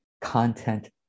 content